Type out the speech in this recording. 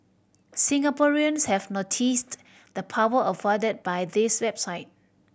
Singaporeans have noticed the power afforded by this website